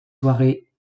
soirée